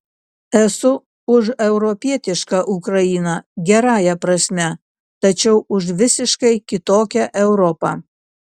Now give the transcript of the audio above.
esu už europietišką ukrainą gerąja prasme tačiau už visiškai kitokią europą